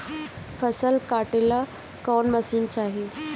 फसल काटेला कौन मशीन चाही?